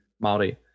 Maori